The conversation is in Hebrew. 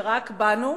ורק בנו,